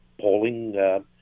polling